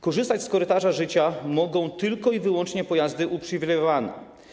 Korzystać z korytarza życia mogą tylko i wyłącznie pojazdy uprzywilejowane.